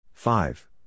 Five